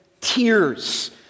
tears